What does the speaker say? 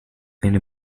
eine